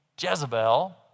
Jezebel